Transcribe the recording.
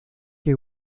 que